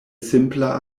simpla